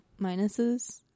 minuses